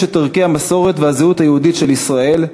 את ערכי המסורת והזהות היהודית של ישראל,